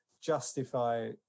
justify